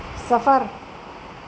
سفر